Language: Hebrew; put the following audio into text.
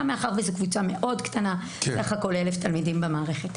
גם בגלל שזו קבוצה קטנה המונה בסך הכל 1,000 תלמידים במערכת,